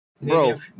bro